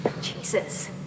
Jesus